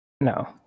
No